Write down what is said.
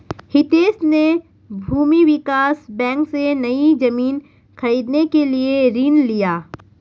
हितेश ने भूमि विकास बैंक से, नई जमीन खरीदने के लिए ऋण लिया